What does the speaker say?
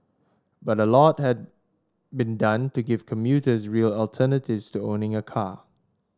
but a lot had been done to give commuters real alternatives to owning a car